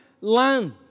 land